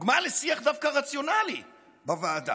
דוגמה לשיח דווקא רציונלי בוועדה,